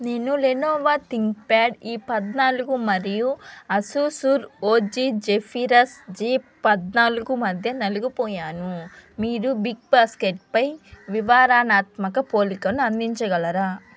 నేను Lenovo ThinkPad ఈ పద్నాలుగు మరియు అసోసూ ఆర్ఓజి జెఫీరాస్ జి పద్నాలుగు మధ్య నలిగిపోయాను మీరు బిగ్బాస్కెట్పై వివరణాత్మక పోలికను అందించగలరా